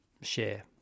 share